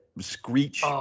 Screech